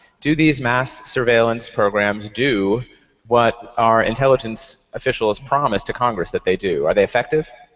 do these mass surveillance programs do what our intelligence officials promise to congress that they do? are they effective?